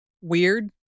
weird